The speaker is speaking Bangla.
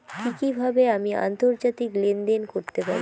কি কিভাবে আমি আন্তর্জাতিক লেনদেন করতে পারি?